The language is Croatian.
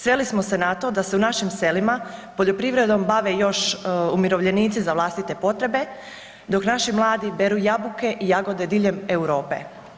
Sveli smo se na to da se u našim selima poljoprivredom bave još umirovljenici za vlastite potrebe dok naši mladi beru jabuke i jagode diljem Europe.